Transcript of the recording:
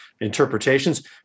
interpretations